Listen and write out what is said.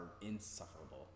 insufferable